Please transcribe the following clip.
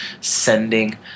sending